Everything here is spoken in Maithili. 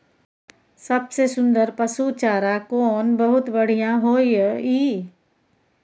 सबसे सुन्दर पसु चारा कोन बहुत बढियां होय इ?